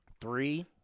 Three